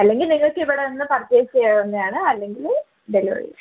അല്ലെങ്കിൽ നിങ്ങൾക്ക് ഇവിടെന്ന് പർച്ചേസ് ചെയ്യാവുന്നതാണ് അല്ലെങ്കിൽ ഡെലിവറി